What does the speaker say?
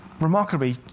remarkably